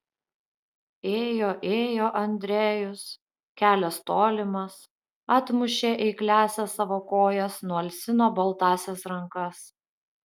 ėjo ėjo andrejus kelias tolimas atmušė eikliąsias savo kojas nualsino baltąsias rankas